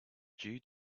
due